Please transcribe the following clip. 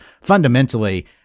fundamentally